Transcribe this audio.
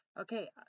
Okay